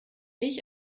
ich